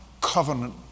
covenant